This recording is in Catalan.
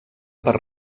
per